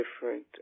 different